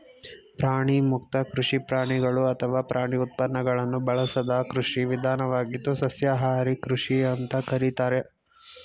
ಪ್ರಾಣಿಮುಕ್ತ ಕೃಷಿ ಪ್ರಾಣಿಗಳು ಅಥವಾ ಪ್ರಾಣಿ ಉತ್ಪನ್ನಗಳನ್ನು ಬಳಸದ ಕೃಷಿ ವಿಧಾನವಾಗಿದ್ದು ಸಸ್ಯಾಹಾರಿ ಕೃಷಿ ಅಂತ ಕರೀತಾರೆ